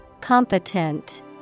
Competent